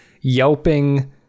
yelping